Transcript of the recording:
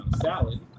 salad